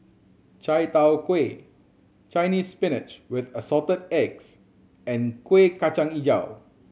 chai tow kway Chinese Spinach with Assorted Eggs and Kuih Kacang Hijau